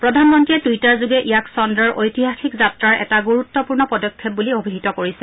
প্ৰধানমন্ত্ৰীয়ে টুইটাৰযোগে ইয়াক চন্দ্ৰৰ ঐতিহাসিক যাত্ৰাৰ এটা গুৰুত্বপূৰ্ণ পদক্ষেপ বুলি অভিহিত কৰিছে